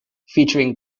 featuring